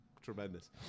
Tremendous